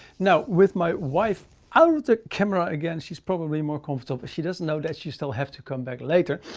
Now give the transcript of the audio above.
now with my wife out of the camera again. she's probably more comfortable, she doesn't know that she's still have to come back later.